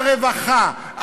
על רווחה,